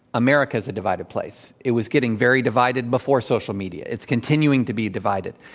america is a divided place. it was getting very divided before social media. it's continuing to be divided.